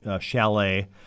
chalet